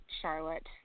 Charlotte